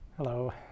Hello